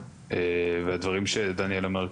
והדברים שדניאל אמר,